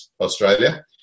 Australia